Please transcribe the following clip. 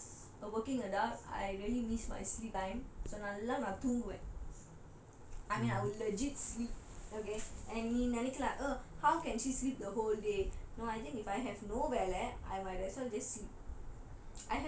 okay for I mean as a working adult I really miss my sleep time நல்லா நான் தூங்குவேன்:nalla naan thoonguvaen I mean I would legit sleep okay நீ நினைக்கலாம்:nee ninaikkalam how can she sleep the whole day no I think if I have no வேலை:velai I might as well just sleep